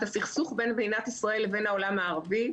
הסכסוך בין מדינת ישראל לבין העולם הערבי,